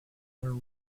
polar